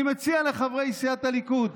אני מציע לחברי סיעת הליכוד: